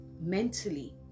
mentally